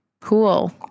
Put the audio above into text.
Cool